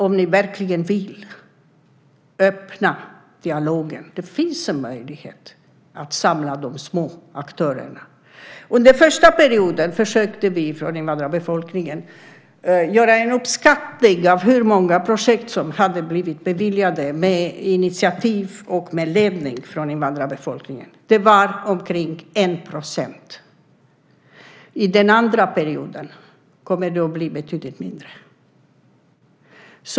Om ni verkligen vill öppna dialogen finns det en möjlighet att samla de små aktörerna. Under den första perioden försökte vi från invandrarbefolkningen göra en uppskattning av hur många projekt som hade blivit beviljade på initiativ av och med ledning från invandrarbefolkningen. Det var omkring 1 %. Under den andra perioden kommer det att bli betydligt färre.